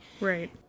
right